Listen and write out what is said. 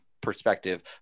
perspective